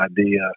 idea